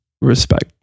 respect